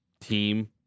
team